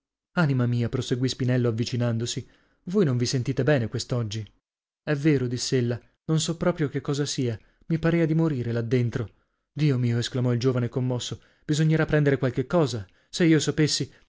anima mia proseguì spinello avvicinandosi voi non vi sentite bene quest'oggi è vero dissella non so proprio che cosa sia mi parea di morire là dentro dio mio esclamò il giovane commosso bisognerà prendere qualche cosa se io sapessi